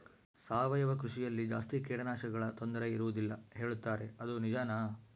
ಸಾವಯವ ಕೃಷಿಯಲ್ಲಿ ಜಾಸ್ತಿ ಕೇಟನಾಶಕಗಳ ತೊಂದರೆ ಇರುವದಿಲ್ಲ ಹೇಳುತ್ತಾರೆ ಅದು ನಿಜಾನಾ?